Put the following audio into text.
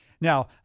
Now